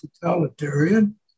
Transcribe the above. totalitarian